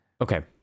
Okay